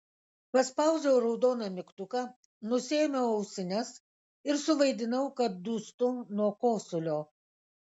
paspaudžiau raudoną mygtuką nusiėmiau ausines ir suvaidinau kad dūstu nuo kosulio